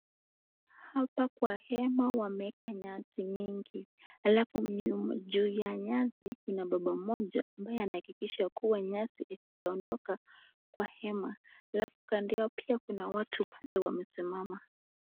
Hapa kwa hema wameweka nyasi mingi, halafu juu ya nyasi kuna baba mmoja ambaye anahakikisha kuwa nyasi hazijaondoka kwa hema halafu kando yao pia, kuna watu pale wamesimamia.